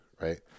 right